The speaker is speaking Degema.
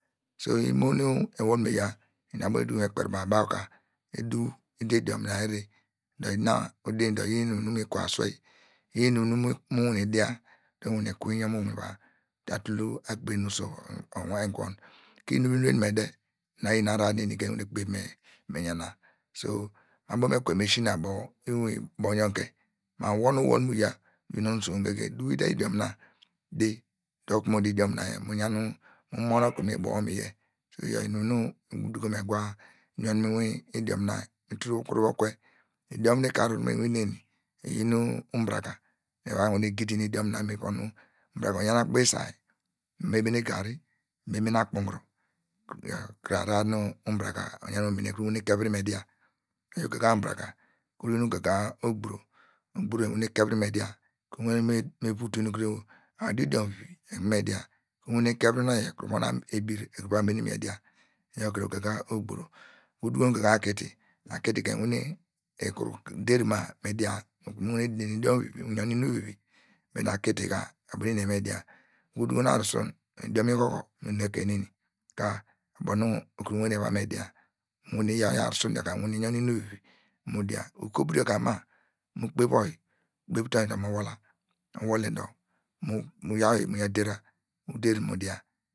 So imo nu ewol neya eni abo nu eduko me kperi baw ka eduw udo idiom na yor edi dor ina udi dor iyin invin nu mi kwo aswei iyin inum nu mu wane dia nu mi kuo inyi mu ta tul akpe nu mi oso ogan kwo ku inum vuru inu eni me de ina mu iyin ahrar nu eni ka me kpeva me yana so me abo me kure mu esina mu inwi ekure ubo yon ke ma yor me wol mu yia nu uyin onu usokunu goge duw ude idiom na udi dor okunu mu di idiom na yin mu mon okunu ubo wor ni yie so iyor inum nu me duko me gua yon mi idiom na yor ni tutu kue idiom nu ikar mu inwin neni iyin nu nbraka oyor okuru nuva gidin nu idiom na nu ubraka oyan abo isay merve akpunguro kuru ahrar nu nbraka oyan mo mene ekuru wane kevivi me dia oyor ugaga nbraka ukuru yin nu ugaga ogburo ogburo ewan kevivi me dia ekuru me vutu nu adu idiom vi ne dia mu uwane kevivi nu oyi ekuru von ebir eva me idia iyor kuru ugaga ogburo udukon nu ugaga enwane ekuru der ma me dia nu idiom vivi oyor ubo nu eni eva me dia udukon nu arusun idiom ihohor enu ekein neni ka ubo nu ekuru wane va me dia mu wane yaw arusun yor ka mu yon inim vivi mu dia ukoburu ka ma mu ikpev oyi ukpev te oyi dor mo wol la owole dor nu yaw muva der ra mu der mu dia